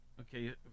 Okay